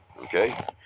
Okay